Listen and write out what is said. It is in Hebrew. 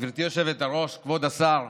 גברתי היושבת-ראש, כבוד השר,